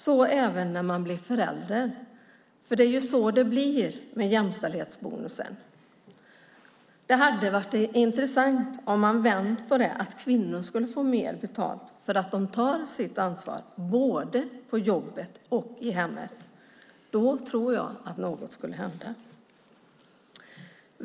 Så är det även när man blir förälder. Det är så det blir med jämställdhetsbonusen. Det hade varit intressant om man hade vänt på det och kvinnor skulle fått mer betalt för att de tar sitt ansvar, både på jobbet och i hemmet. Då tror jag att något skulle hända.